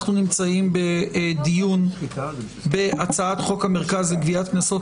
אנחנו נמצאים בדיון בהצעת חוק המרכז לגביית קנסות,